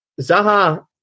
Zaha